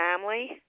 family